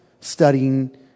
studying